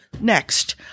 Next